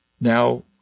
Now